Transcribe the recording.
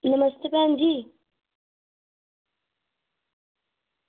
नमस्ते भैन जी